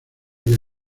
que